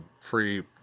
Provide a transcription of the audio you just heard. free